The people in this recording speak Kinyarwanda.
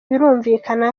birumvikana